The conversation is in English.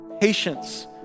patience